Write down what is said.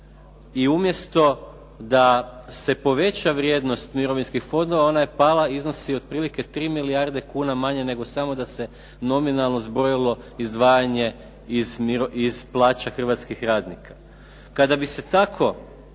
i umjesto da se poveća vrijednost mirovinskih fondova ona je pala i iznosi otprilike 3 milijarde kuna manje nego samo da se nominalno zbrojilo izdvajanje iz plaća hrvatskih radnika. Kada bi se tako